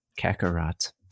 Kakarot